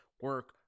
Work